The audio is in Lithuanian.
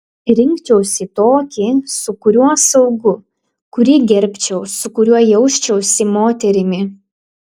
rinkčiausi tokį su kuriuo saugu kurį gerbčiau su kuriuo jausčiausi moterimi